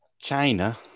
China